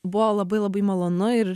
buvo labai labai malonu ir